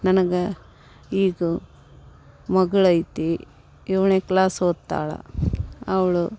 ನನಗೆ ಈಗ ಮಗಳು ಐತಿ ಏಳನೇ ಕ್ಲಾಸ್ ಓದ್ತಾಳೆ ಅವಳು